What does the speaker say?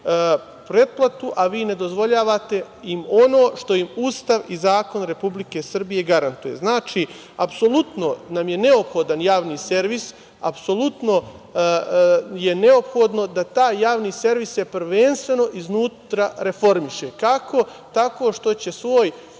pretplatu, a vi im ne dozvoljavate ono što im Ustav i Zakon Republike Srbije garantuje. Znači, apsolutno nam je neophodan javni servis, apsolutno je neophodno da taj javni servis se prvenstveno iznutra reformiše. Kako? Tako što će svoju